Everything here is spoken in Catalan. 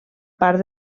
part